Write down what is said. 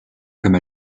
comme